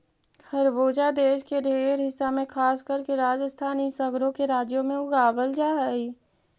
खरबूजा देश के ढेर हिस्सा में खासकर के राजस्थान इ सगरो के राज्यों में उगाबल जा हई